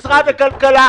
משרד הכלכלה,